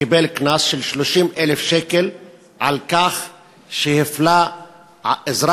קיבל קנס של 30,000 שקלים על כך שהפלה אזרח